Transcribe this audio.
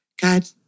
God